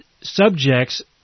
subjects